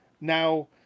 Now